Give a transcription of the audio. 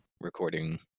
recording